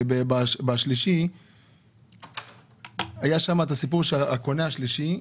היה שם את הסיפור של הקונה השלישי.